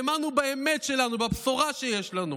האמנו באמת שלנו, בבשורה שיש לנו.